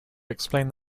explained